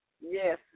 Yes